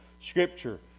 scripture